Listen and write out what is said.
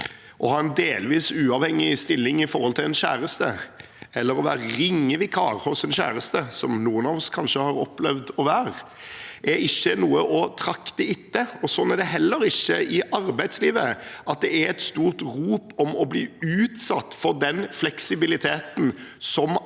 Å ha en delvis uavhengig stilling i forholdet til en kjæreste eller å være ringevikar hos en kjæreste – som noen av oss kanskje har opplevd å være – er ikke noe å trakte etter. Det er heller ikke sånn i arbeidslivet at det er et stort rop etter å bli utsatt for den fleksibiliteten arbeidskjøperen